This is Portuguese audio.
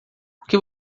porque